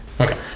Okay